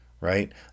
Right